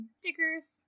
stickers